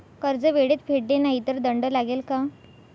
कर्ज वेळेत फेडले नाही तर दंड लागेल का?